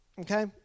Okay